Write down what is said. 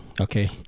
okay